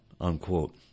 unquote